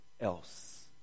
else